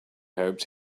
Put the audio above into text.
hoped